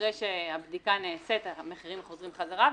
שאחרי שהבדיקה נעשית המחירים חוזרים חזרה.